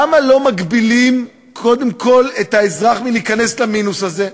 למה לא מגבילים קודם כול את האזרח מלהיכנס למינוס הזה?